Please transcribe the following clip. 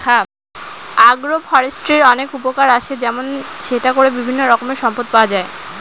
আগ্র ফরেষ্ট্রীর অনেক উপকার আসে যেমন সেটা করে বিভিন্ন রকমের সম্পদ পাওয়া যায়